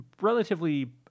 relatively